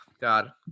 God